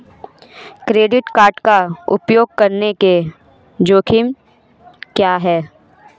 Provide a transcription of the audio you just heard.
Credit card का उपयोग करने के जोखिम क्या हैं?